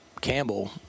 Campbell